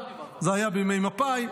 זה היה בימי מפא"י,